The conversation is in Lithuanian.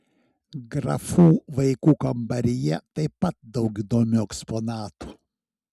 grafų vaikų kambaryje taip pat daug įdomių eksponatų